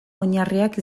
oinarriak